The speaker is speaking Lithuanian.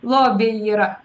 lobiai yra